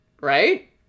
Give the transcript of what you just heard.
right